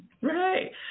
Right